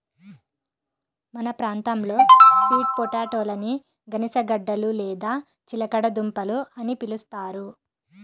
మన ప్రాంతంలో స్వీట్ పొటాటోలని గనిసగడ్డలు లేదా చిలకడ దుంపలు అని పిలుస్తారు